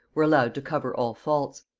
were allowed to cover all faults.